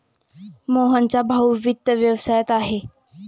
मोहनचा भाऊ वित्त व्यवसायात आहे